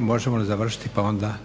Možemo li završiti pa onda.